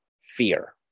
fear